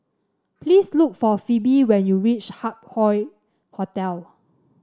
please look for Phoebe when you reach Hup Hoe Hotel